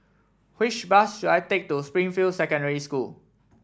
which bus should I take to Springfield Secondary School